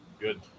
Good